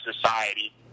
society